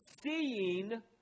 seeing